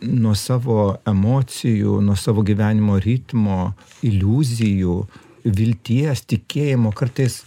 nuo savo emocijų nuo savo gyvenimo ritmo iliuzijų vilties tikėjimo kartais